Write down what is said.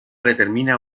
determina